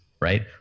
right